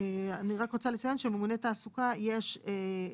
אני רק רוצה לציין שממונה תעסוקה הוכנס